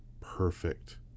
perfect